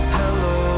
hello